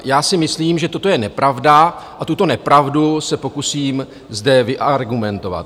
Já si myslím, že toto je nepravda, a tuto nepravdu se pokusím zde vyargumentovat.